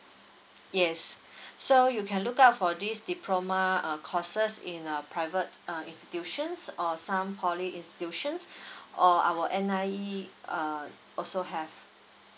yes so you can look up for this diploma uh courses in a private uh institutions or some poly institutions or our N_I_E uh also have